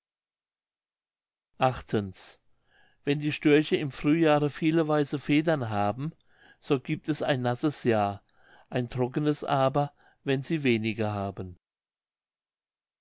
wenn die störche im frühjahre viele weiße federn haben so giebt es ein nasses jahr ein trocknes aber wenn sie wenige haben